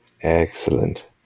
excellent